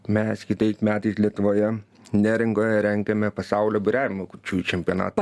mes kitais metais lietuvoje neringoje rengiame pasaulio buriavimo kurčiųjų čempionatą